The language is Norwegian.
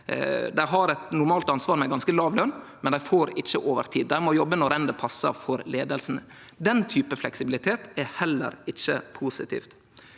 dei har eit normalt ansvar med ganske låg løn, men ikkje får overtid. Dei må jobbe når enn det passar for leiinga. Den typen fleksibilitet er heller ikkje positivt.